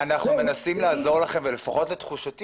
אנחנו מנסים לעזור לכם אבל לפחות לתחושתי